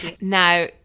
Now